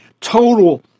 total